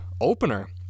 opener